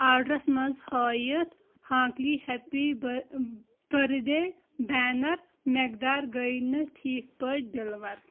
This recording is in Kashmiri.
آرڈرَس منٛز ہٲیِتھ ہانٛکلی ہٮ۪پی بٲرتھ ڈے بینر مٮ۪قدار گٔیہِ نہٕ ٹھیٖک پٲٹھۍ ڈیلیور